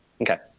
Okay